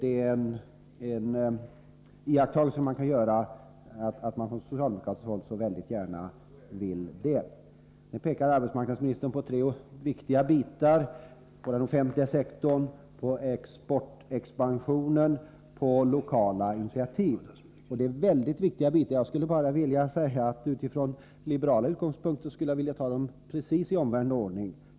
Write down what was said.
En iakttagelse är att man på socialdemokratiskt håll gärna gör det. Sedan pekar arbetsmarknadsministern på tre viktiga bitar: på den offentliga sektorn, på exportexpansionen och på lokala initiativ. Det är mycket viktiga bitar, men utifrån liberala utgångspunkter skulle jag vilja ta dem i precis omvänd ordning.